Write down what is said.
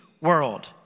world